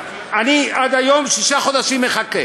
עד היום, אני שישה חודשים מחכה.